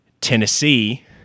Tennessee